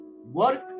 Work